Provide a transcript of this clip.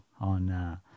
on